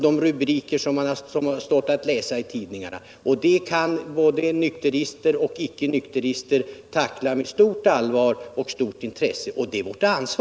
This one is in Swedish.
Det är en sak som både nykterister och icke-nykterister har intresse av.